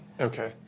Okay